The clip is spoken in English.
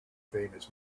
famous